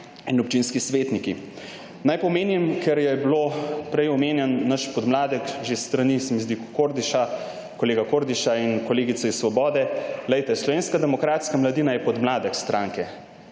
in občinski svetniki. Naj pa omenim, ker je bilo prej omenjen naš podmladek že s strani, se mi zdi, kolega Kordiša in kolegice iz Svobode. Glejte, Slovenska demokratska mladina je podmladek stranke.